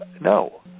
no